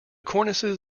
cornices